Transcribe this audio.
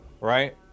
right